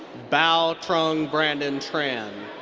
bao-trung brandon tran.